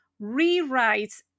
rewrites